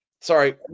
Sorry